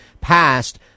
passed